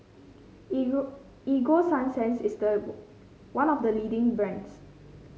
Ego Sunsense is the one of the leading brands